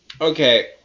okay